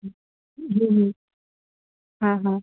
हां हां